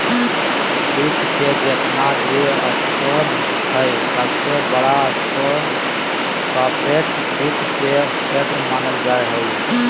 वित्त के जेतना भी स्रोत हय सबसे बडा स्रोत कार्पोरेट वित्त के क्षेत्र मानल जा हय